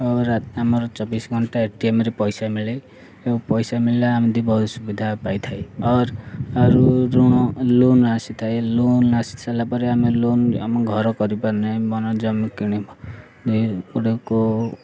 ଆମର ଚବିଶ ଘଣ୍ଟା ଏଟିଏମ୍ରେ ପଇସା ମିଳେ ଆଉ ପଇସା ମିଳିଲା ଆମିତି ବହୁତ ସୁବିଧା ପାଇଥାଏ ଆର୍ ଆରୁ ଋଣ ଲୋନ୍ ଆସିଥାଏ ଲୋନ୍ ଆସି ସାରିଲା ପରେ ଆମେ ଲୋନ୍ ଆମ ଘର କରିପାରୁନାହିଁ ମନ ଜମି କିଣିବ ଗୁଡ଼ିାକୁ